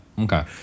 Okay